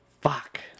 Fuck